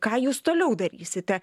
ką jūs toliau darysite